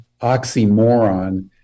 oxymoron